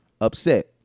Upset